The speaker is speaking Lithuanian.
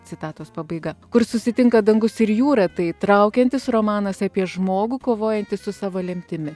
citatos pabaiga kur susitinka dangus ir jūra tai įtraukiantis romanas apie žmogų kovojantį su savo lemtimi